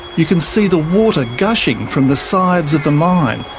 you can see the water gushing from the sides of the mine,